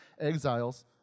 exiles